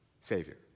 Savior